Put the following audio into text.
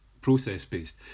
process-based